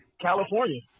California